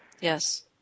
Yes